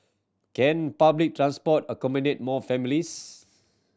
can public transport accommodate more families